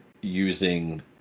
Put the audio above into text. using